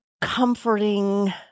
comforting